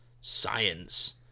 Science